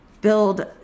build